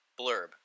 blurb